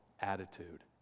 attitude